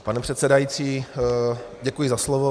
Pane předsedající, děkuji za slovo.